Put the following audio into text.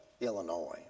Illinois